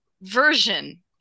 version